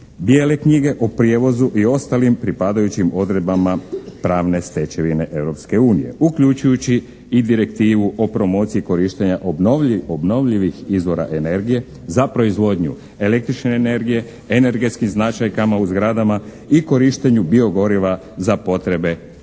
bijele knjige o prijevozu i ostalim pripadajućim odredbama pravne stečevine Europske unije uključujući i direktivu o promociji korištenja obnovljivih izvora energije za proizvodnju električne energije, energetskim značajkama u zgradama i korištenju bio goriva za potrebe prijevoza.